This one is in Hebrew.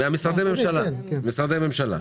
ממשרדי הממשלה.